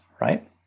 right